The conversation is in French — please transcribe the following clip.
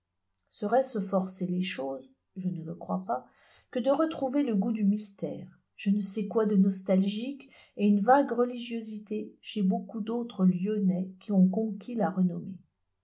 que de retrouver le goût du mystère je ne sais quoi de nostalgique et une vague religiosité chez beaucoup d'autres lyonnais qui ont conquis la renommée